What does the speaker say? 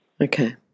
Okay